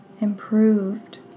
improved